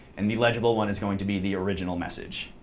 and the legible one is going to be the original message.